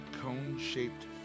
cone-shaped